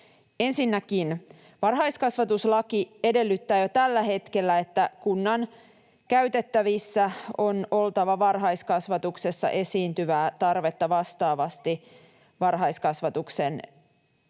Ensinnäkin varhaiskasvatuslaki edellyttää jo tällä hetkellä, että kunnan käytettävissä on oltava varhaiskasvatuksessa esiintyvää tarvetta vastaavasti varhaiskasvatuksen